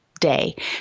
day